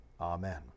Amen